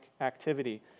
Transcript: activity